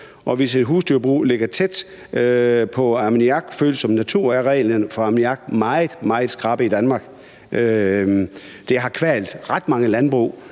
hvis husdyrbrug ligger tæt på ammoniakfølsom natur, er reglerne for ammoniak meget, meget skrappe i Danmark. Det har kvalt ret mange landbrug,